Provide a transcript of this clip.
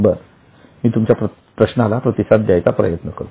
बर मी तुमच्या प्रश्नाला प्रतिसाद द्यायचा प्रयत्न करतो